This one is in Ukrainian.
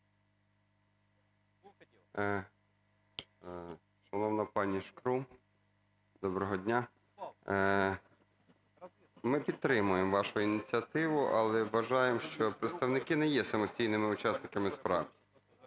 доброго дня! Ми підтримуємо вашу ініціативу, але вважаємо, що представники не є самостійними учасниками справ.